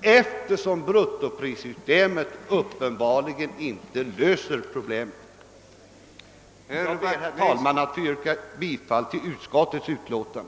eftersom bruttoprissystemet uppenbarligen inte löser problemet. Herr talman! Jag yrkar bifall till utskottets hemställan.